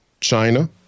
China